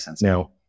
Now